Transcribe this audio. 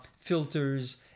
filters